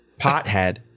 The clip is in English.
pothead